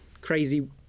crazy